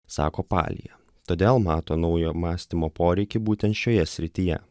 sako palija todėl mato naujo mąstymo poreikį būtent šioje srityje